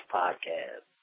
podcast